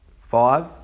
five